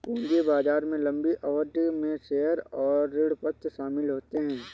पूंजी बाजार में लम्बी अवधि में शेयर और ऋणपत्र शामिल होते है